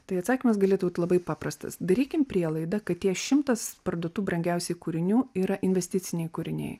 tai atsakymas galėtų būt labai paprastas darykim prielaidą kad tie šimtas parduotų brangiausiai kūrinių yra investiciniai kūriniai